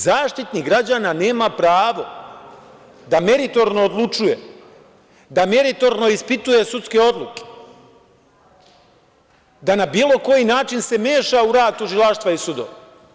Zaštitnik građana nema pravo da meritorno odlučuje, da meritorno ispituje sudske odluke, da na bilo koji način se meša u rad tužilaštva i sudova.